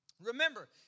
Remember